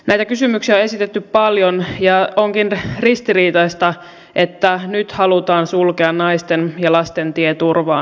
näitä kysymyksiä on esitetty paljon ja onkin ristiriitaista että nyt halutaan sulkea naisten ja lasten tie turvaan